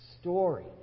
story